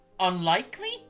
unlikely